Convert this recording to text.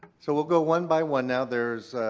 so we'll go one by one. now there's a.